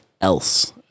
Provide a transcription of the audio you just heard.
else